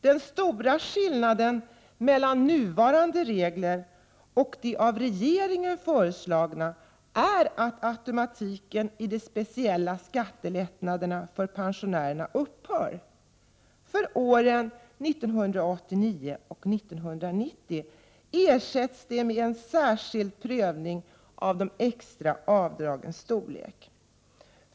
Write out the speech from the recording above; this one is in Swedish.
Den stora skillnaden mellan nuvarande regler och de av regeringen föreslagna är att automatiken i de speciella skattelättnaderna för pensionärerna upphör. För åren 1989 och 1990 ersätts de med en särskild prövning av de extra avdragens storlek.